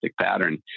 pattern